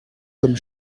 comme